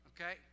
Okay